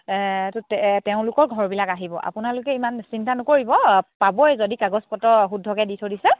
তেওঁলোকৰ ঘৰবিলাক আহিব আপোনালোকে ইমান চিন্তা নকৰিব পাবই যদি কাগজ পত্ৰ শুদ্ধকৈ দি থৈ দিছে